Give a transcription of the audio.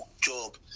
job